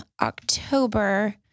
October